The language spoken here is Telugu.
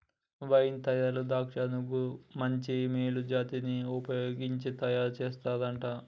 వైన్ తయారీలో ద్రాక్షలను మంచి మేలు జాతివి వుపయోగించి తయారు చేస్తారంట